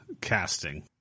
casting